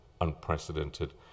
unprecedented